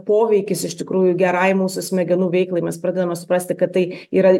poveikis iš tikrųjų gerai mūsų smegenų veiklai mes pradedame suprasti kad tai yra